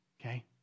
okay